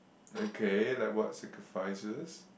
okay like what sacrifices